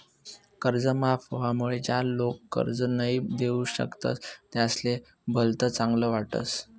कर्ज माफ व्हवामुळे ज्या लोक कर्ज नई दिऊ शकतस त्यासले भलत चांगल वाटस